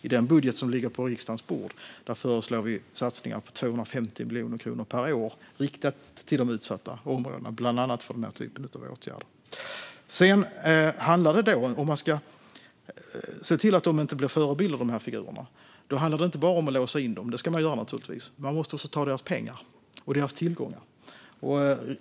I den budget som ligger på riksdagens bord föreslår vi satsningar på 250 miljoner kronor per år som riktas till de utsatta områdena, bland annat för den här typen av åtgärder. Om man ska se till att de här figurerna inte blir förebilder handlar det inte bara om att låsa in dem - det ska man naturligtvis göra - utan man måste också ta deras pengar och tillgångar.